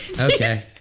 Okay